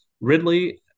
Ridley